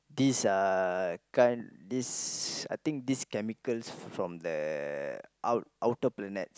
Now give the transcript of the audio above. this uh kind this I think this chemicals from the out outer planets